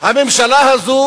הממשלה הזאת